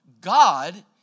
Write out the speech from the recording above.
God